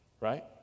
right